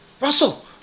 Russell